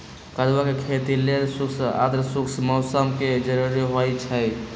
कदुआ के खेती लेल शुष्क आद्रशुष्क मौसम कें जरूरी होइ छै